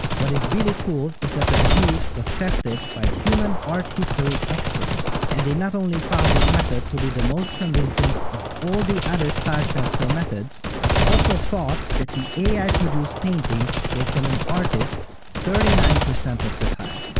what is really cool is that the technique was tested by human art history experts, and they not only found this method to be the most convincing of all the other style transfer methods, but also thought that the ai-produced paintings were from an artist thirty nine percent of the time.